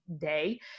day